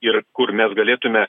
ir kur mes galėtume